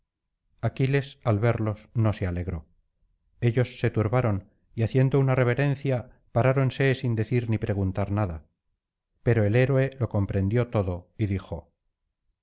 aquiles al verlos no se alegró ellos se turbaron y haciendo una reverencia paráronse sin decir ni preguntar nada pero el héroe lo comprendió todo y dijo